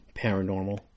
paranormal